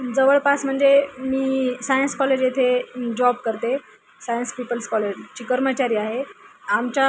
news industry बोलण्याचं स्वातंत्र्य वापरते असं मला तरी वाटत नाही कारण काही काही न्यूज काय असतात